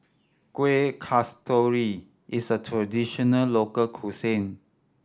Kueh Kasturi is a traditional local cuisine